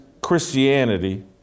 Christianity